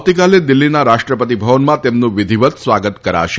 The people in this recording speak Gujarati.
આવતીકાલે દિલ્હીના રાષ્ટ્રપતિ ભવનમાં તેમનું વિધિવત સ્વાગત કરાશે